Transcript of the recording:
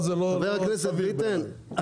חבר הכנסת ביטן,